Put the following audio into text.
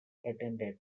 attended